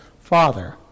Father